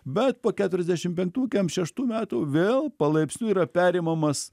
bet po keturiasdešim penktų keturiasdešim šeštų metų vėl palaipsniui yra perimamas